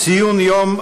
ציון יום